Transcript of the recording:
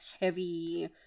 heavy